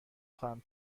خواهم